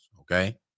Okay